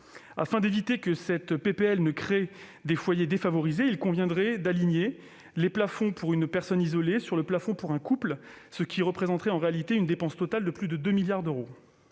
Afin d'éviter que cette proposition de loi ne crée des foyers défavorisés, il conviendrait d'aligner le plafond pour une personne isolée sur celui d'un couple, ce qui représenterait en réalité une dépense totale de plus de 2 milliards d'euros.